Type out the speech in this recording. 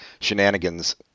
shenanigans